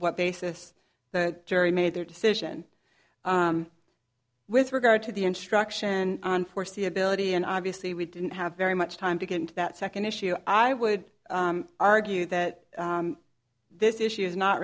what basis the jury made their decision with regard to the instruction on foreseeability and obviously we didn't have very much time to get into that second issue i would argue that this issue is not